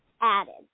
added